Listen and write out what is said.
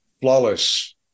Flawless